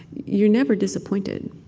you're never disappointed